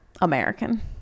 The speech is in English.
American